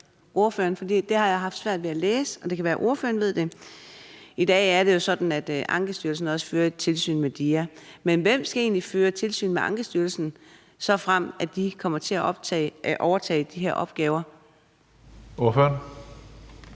om noget, som jeg har haft svært ved at læse mig frem til, men det kan være, at ordføreren ved det. I dag er det jo sådan, at Ankestyrelsen også fører tilsyn med DIA, men hvem skal egentlig føre tilsyn med Ankestyrelsen, såfremt de kommer til at overtage de her opgaver? Kl.